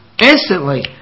instantly